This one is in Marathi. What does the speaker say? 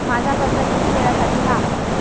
माझा कर्ज किती वेळासाठी हा?